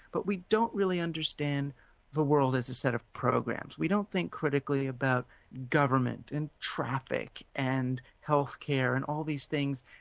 but we don't really understand the world as a set of programs. we don't think critically about government and traffic and health care and all these things,